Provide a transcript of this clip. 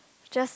just